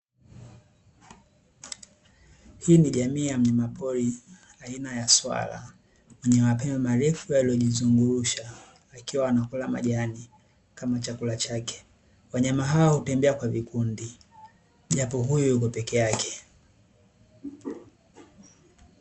Hii ni jamii ya mnyamapori aina ya swala, mwenye mapembe marefu yaliyojizungurusha akiwa anakula majani kama chakula chake. Wanyama hao hutembea kwa vikundi, japo huyu yupo peke yake.